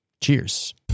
Cheers